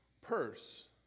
purse